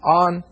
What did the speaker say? on